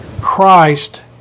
Christ